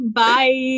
bye